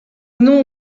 nom